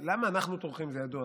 למה אנחנו טורחים זה ידוע,